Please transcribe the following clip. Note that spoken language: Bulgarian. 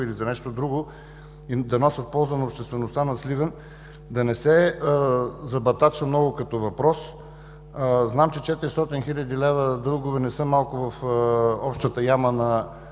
или за нещо друго, да носят полза на обществеността на Сливен, да не се забатачва много като въпрос. Знам, че 400 000 лв. дългове не са малко в общата яма на